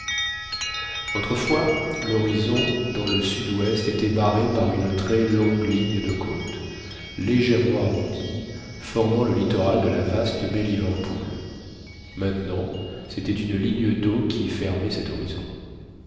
autrefois l'horizon dans le sud-ouest était barré par une très longue ligne de côtes légèrement arrondie formant le littoral de la vaste baie liverpool maintenant c'était une ligne d'eau qui fermait cet horizon